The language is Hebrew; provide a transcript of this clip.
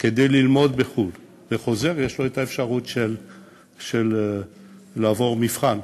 כדי ללמוד בחו"ל וחוזר, יש לו אפשרות לעבור מבחן.